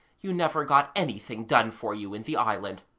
you never got anything done for you in the island,